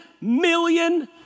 million